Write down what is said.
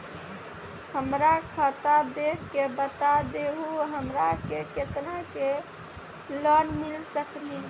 हमरा खाता देख के बता देहु हमरा के केतना के लोन मिल सकनी?